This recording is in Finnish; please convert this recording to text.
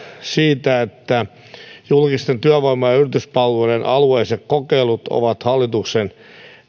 siitä että julkisten työvoima ja yrityspalveluiden alueelliset kokeilut ovat hallituksen